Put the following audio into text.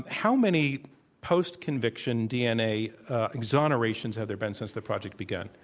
how many post-conviction dna exoneration s have there been since the project began?